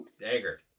Dagger